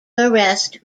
arrest